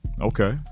okay